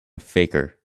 faker